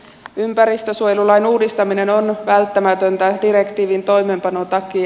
ympäristönsuojelulain uudistaminen on välttämätöntä direktiivin toimeenpanon takia